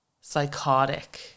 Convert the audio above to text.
psychotic